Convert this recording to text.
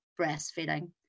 Breastfeeding